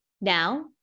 now